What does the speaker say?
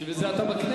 בשביל זה אתה בכנסת.